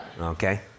Okay